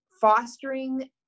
fostering